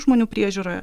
žmonių priežiūroje